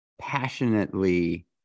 passionately